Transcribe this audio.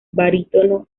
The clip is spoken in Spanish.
barítono